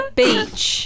beach